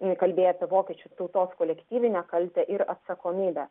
kalbėti vokiečių tautos kolektyvinę kaltę ir atsakomybę